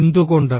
എന്തുകൊണ്ട്